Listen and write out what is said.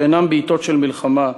שאינם בעתות של מלחמה,